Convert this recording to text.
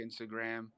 Instagram